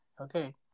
Okay